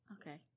Okay